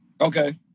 Okay